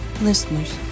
Listeners